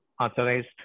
authorized